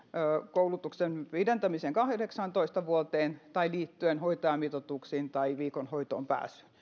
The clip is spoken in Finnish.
koulutuksen pidentämiseen kahdeksaantoista vuoteen tai liittyen hoitajamitoituksiin tai viikon hoitoonpääsyyn